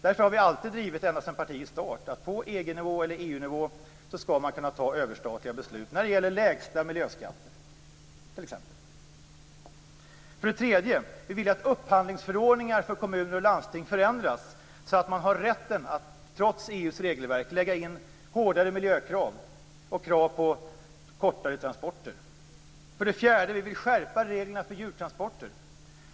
Därför har vi alltid drivit, ända sedan partiets start, att man på EG eller EU-nivå skall kunna fatta överstatliga beslut när det gäller lägsta miljöskatter t.ex. För det tredje: Vi vill att upphandlingsförordningar för kommuner och landsting förändras så att man har rätten att, trots EU:s regelverk, lägga in hårdare miljökrav och krav på kortare transporter. För det fjärde: Vi vill skärpa reglerna för djurtransporter.